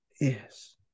Yes